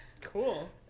Cool